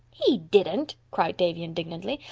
he didn't, cried davy indignantly.